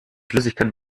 flüssigkeit